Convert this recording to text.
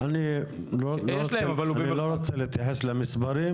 אני לא רוצה להתייחס למספרים,